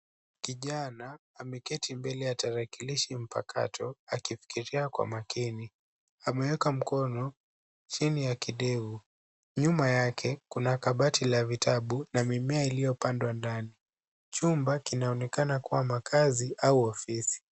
Kijana, ameketi mbele ya tarakilishi mpakato akifikiria kwa makini. Ameweka mkono, chini ya kidevu. Nyuma yake, kuna kabati la vitabu na mimea iliyopandwa ndani. Chumba kinaonekana kuwa makazi au ofisi.